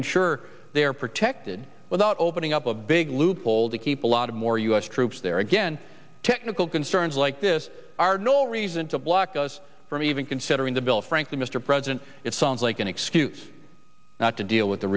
ensure they are protected without opening up a big loophole to keep a lot of more us troops there again technical concerns like this are no reason to block us from even considering the bill frankly mr president it sounds like an excuse not to deal with the